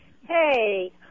Hey